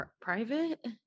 private